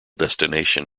destination